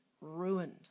ruined